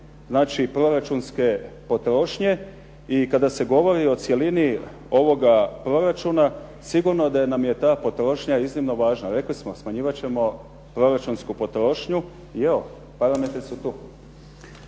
znači proračunske potrošnje i kada se govori o cjelini ovoga proračuna sigurno da nam je ta potrošnja iznimno važna. Rekli smo, smanjivat ćemo proračunsku potrošnju i evo, parametri su tu.